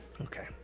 Okay